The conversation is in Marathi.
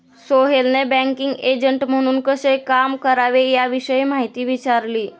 सोहेलने बँकिंग एजंट म्हणून कसे काम करावे याविषयी माहिती विचारली